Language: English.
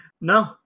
No